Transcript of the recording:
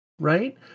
right